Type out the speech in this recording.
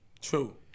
True